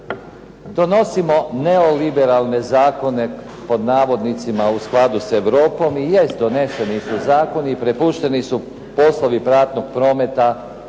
donosimo neo-liberalne zakone „u skladu sa Europom“. Jest doneseni su zakoni i prepušteni su poslovi platnog prometa